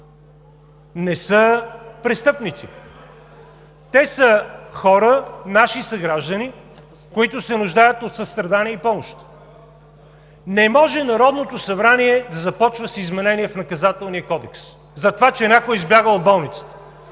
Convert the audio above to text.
и реплики), те са хора, наши съграждани, които се нуждаят от състрадание и помощ. Не може Народното събрание да започва с изменение в Наказателния кодекс, затова че някой избягал от болницата.